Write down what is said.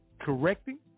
correcting